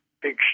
big